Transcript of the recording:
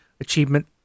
achievement